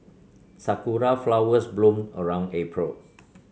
sakura flowers bloom around April